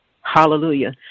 Hallelujah